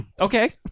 Okay